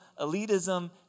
elitism